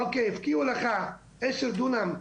אוקיי הפקיעו לך עשר דונם,